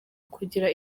kugira